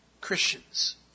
Christians